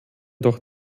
doch